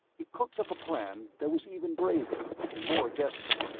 he cooked up a plan that was even braver and more desperate.